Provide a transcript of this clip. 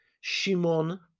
Shimon